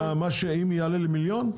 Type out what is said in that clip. שאם יעלה ל- 1 מיליון,